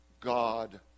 God